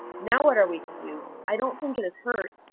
now, what are we to do? i don't think it is hurt.